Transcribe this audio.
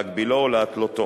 להגבילו או להתלותו.